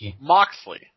Moxley